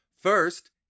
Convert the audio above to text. First